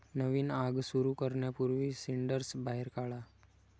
नवीन आग सुरू करण्यापूर्वी सिंडर्स बाहेर काढा